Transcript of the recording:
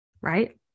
right